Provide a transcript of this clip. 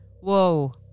Whoa